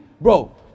Bro